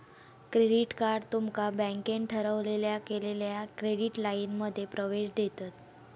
credit card तुमका बँकेन ठरवलेल्या केलेल्या क्रेडिट लाइनमध्ये प्रवेश देतत